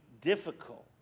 difficult